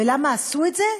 ולמה עשו את זה?